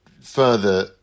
further